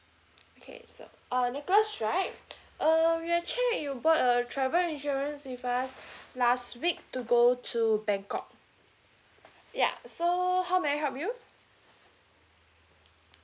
okay so uh nicholas right err we actually you bought a travel insurance with us last week to go to bangkok ya so how may I help you